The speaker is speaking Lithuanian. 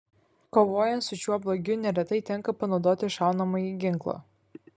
kovojant su šiuo blogiu neretai tenka panaudoti šaunamąjį ginklą